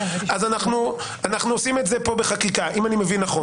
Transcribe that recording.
אנחנו עושים את זה פה בחקיקה אם אני מבין נכון.